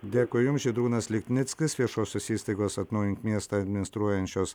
dėkui jums žydrūnas lipnickas viešosios įstaigos atnaujink miestą administruojančios